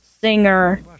Singer